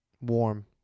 warm